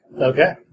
Okay